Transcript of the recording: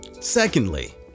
Secondly